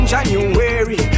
January